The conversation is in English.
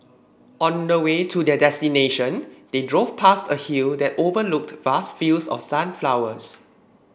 on the way to their destination they drove past a hill that overlooked vast fields of sunflowers